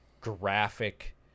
graphic